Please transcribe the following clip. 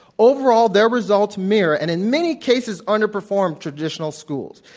overall, their results mirror and in many cases, underperform traditional schools,